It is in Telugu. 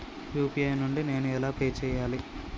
యూ.పీ.ఐ నుండి నేను ఎలా పే చెయ్యాలి?